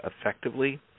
effectively